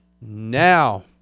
now